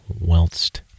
whilst